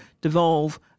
devolve